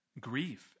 grief